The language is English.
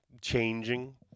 changing